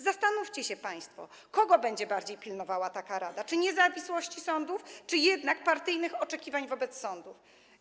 Zastanówcie się państwo, czego bardziej będzie pilnowała taka rada: czy niezawisłości sądów, czy jednak partyjnych oczekiwań wobec sądów.